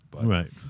Right